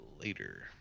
later